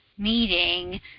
meeting